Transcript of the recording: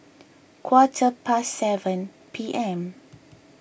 quarter past seven P M